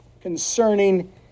concerning